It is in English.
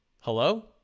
Hello